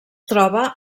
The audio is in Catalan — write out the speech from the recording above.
troba